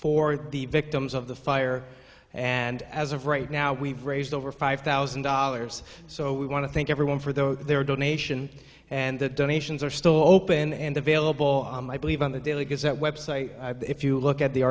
for the victims of the fire and as of right now we've raised over five thousand dollars so we want to thank everyone for though their donation and that donations are still open and available i believe on the delegates at website if you look at the